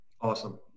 Awesome